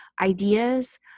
ideas